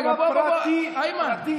אבל זו אדמה פרטית, פרטית.